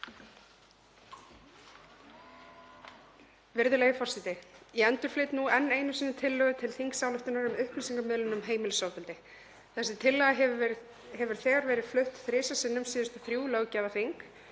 Virðulegi forseti. Ég endurflyt nú enn einu sinni tillögu til þingsályktunar um upplýsingamiðlun um heimilisofbeldi. Þessi tillaga hefur þegar verið flutt þrisvar sinnum síðustu þrjú löggjafarþing